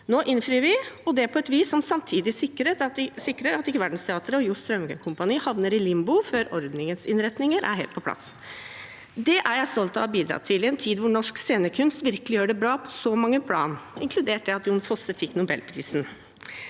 Nå innfrir vi, og det på et vis som samtidig sikrer at ikke Verdensteateret og Jo Strømgren Kompani havner i limbo før ordningens innretninger er helt på plass. Det er jeg stolt av å bidra til i en tid da norsk scenekunst virkelig gjør det bra på så mange plan, inkludert at Jon Fosse fikk nobelprisen.